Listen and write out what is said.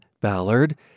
Ballard